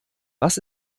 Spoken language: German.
was